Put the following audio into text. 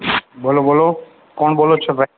બોલો બોલો કોણ બોલો છો ભાઈ